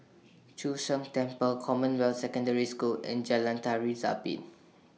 Chu Sheng Temple Commonwealth Secondary School and Jalan Tari Zapin